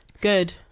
Good